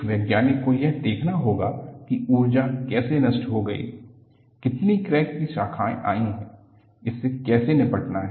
एक वैज्ञानिक को यह देखना होगा कि ऊर्जा कैसे नष्ट हो गई है कितनी क्रैक की शाखाएं आई हैं और इससे कैसे निपटना है